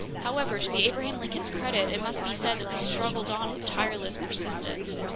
however, to the abraham lincoln's credit, it must be said that we struggled on with tireless persistence.